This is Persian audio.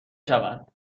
شود